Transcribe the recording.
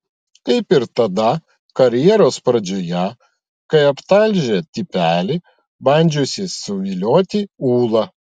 kaip ir tada karjeros pradžioje kai aptalžė tipelį bandžiusį suvilioti ūlą